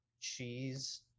cheese